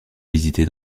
visiter